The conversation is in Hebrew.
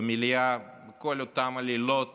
במליאה, בכל אותם הלילות